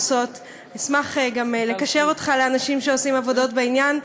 אשמח גם לקשר אותך לאנשים שעושים עבודות בעניין.